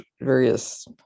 various